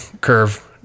curve